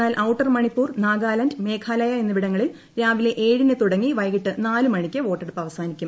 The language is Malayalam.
എന്നാൽ ഔട്ടർ മണിപ്പൂർ നാഗാലാന്റ് മേഘാലയ എന്നിവിടങ്ങളിൽ രാവിലെ ഏഴിന് തുടങ്ങി വൈകിട്ട് നാല് മണിക്ക് വോട്ടെടുപ്പ് അവസാനിക്കും